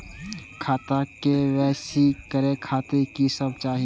खाता के के.वाई.सी करे खातिर की सब चाही?